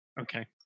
okay